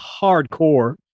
hardcore